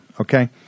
Okay